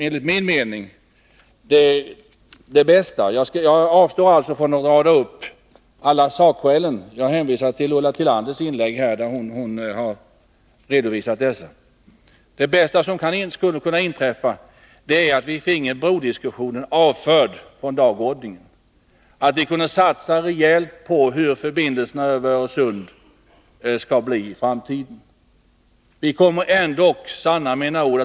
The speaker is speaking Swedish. Enligt min mening vore det bästa som kunde inträffa — jag avstår från att rada upp alla sakskäl, utan jag hänvisar till den redovisning som Ulla Tillander gjorde i sitt inlägg — att vi finge brodiskussionen avförd från dagordningen, så att vi kunde satsa rejält på att lösa frågan hur förbindelserna över Öresund skall utformas i framtiden. Vi kommer ändå — sanna mina ord!